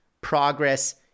progress